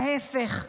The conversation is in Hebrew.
ההפך,